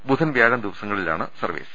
ബുധൻ വ്യാഴം ദിവസങ്ങളിലാണ് സർവ്വീസ്